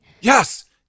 Yes